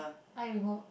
eye remove